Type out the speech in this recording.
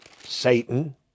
Satan